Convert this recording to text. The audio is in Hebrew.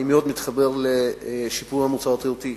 אני מאוד מתחבר לשיפור המוצר התיירותי.